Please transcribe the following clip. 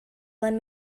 lend